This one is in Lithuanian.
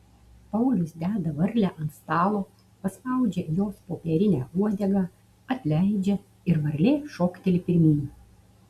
paulius deda varlę ant stalo paspaudžia jos popierinę uodegą atleidžia ir varlė šokteli pirmyn